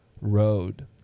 road